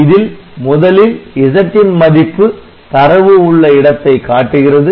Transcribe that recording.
இதில் முதலில் Z ன் மதிப்பு தரவு உள்ள இடத்தை காட்டுகிறது